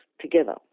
together